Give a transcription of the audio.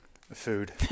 food